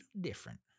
different